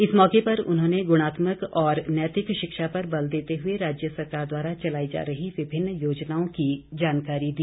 इस मौके पर उन्होंने गुणात्मक और नैतिक शिक्षा पर बल देते हुए राज्य सरकार द्वारा चलाई जा रही विभिन्न योजनाओं की जानकारी दी